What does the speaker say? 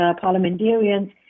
parliamentarians